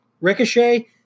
Ricochet